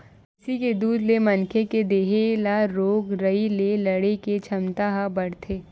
भइसी के दूद ले मनखे के देहे ल रोग राई ले लड़े के छमता ह बाड़थे